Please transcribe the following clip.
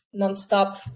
nonstop